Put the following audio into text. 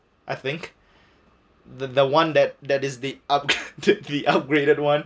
I think the the one that that is the up the upgraded one